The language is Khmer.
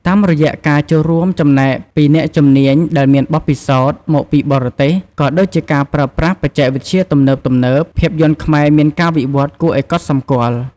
តាមរយៈការចូលរួមចំណែកពី អ្នកជំនាញដែលមានបទពិសោធន៍ មកពីបរទេស ក៏ដូចជាការប្រើប្រាស់ បច្ចេកវិទ្យាទំនើបៗ ភាពយន្តខ្មែរមានការវិវត្តន៍គួរឱ្យកត់សម្គាល់។